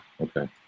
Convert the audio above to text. okay